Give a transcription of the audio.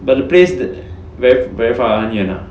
but the place that very very far ah 很远 ah